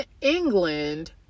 England